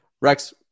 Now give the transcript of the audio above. Rex